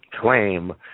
claim